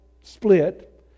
split